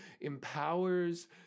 empowers